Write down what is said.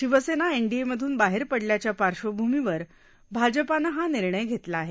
शिवसेना एनडीएमध्न बाहेर पडल्याच्या पार्श्वभूमीवर भाजपानं हा निर्णय घेतला आहे